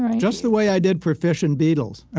just the way i did for fish and beetles. ah